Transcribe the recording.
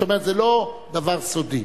זאת אומרת, זה לא דבר סודי.